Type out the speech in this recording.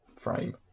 frame